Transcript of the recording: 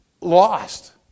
lost